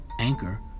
Anchor